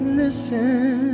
listen